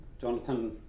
Jonathan